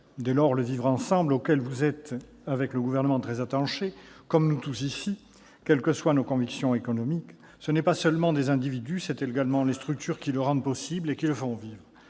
d'État, le « vivre ensemble », auquel vous êtes, avec le Gouvernement, très attaché, comme nous tous ici, quelles que soient nos convictions économiques, ne concerne pas seulement les individus ; il existe des structures qui le rendent possible et le font vivre,